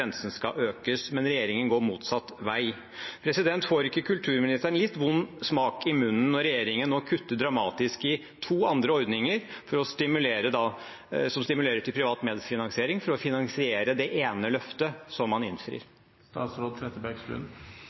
skal økes, men regjeringen går motsatt vei. Får ikke kulturministeren litt vond smak i munnen når regjeringen nå kutter dramatisk i to andre ordninger som stimulerer til privat medfinansiering, for å finansiere det ene løftet man